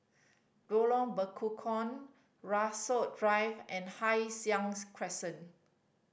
Lorong Bekukong Rasok Drive and Hai Sing Crescent